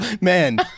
man